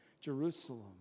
Jerusalem